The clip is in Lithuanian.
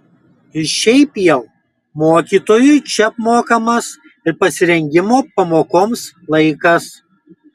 ir šiaip jau mokytojui čia apmokamas ir pasirengimo pamokoms laikas